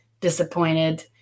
disappointed